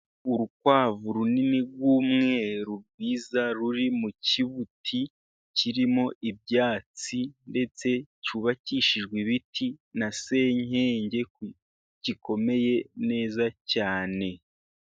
Urukwavu runini rw'umweru rwiza ruri mu kibuti kirimo ibyatsi, ndetse cyubakishijwe ibiti na senyenge gikomeye neza cyane.